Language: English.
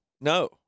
no